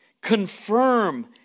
Confirm